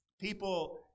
people